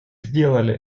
сделали